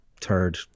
third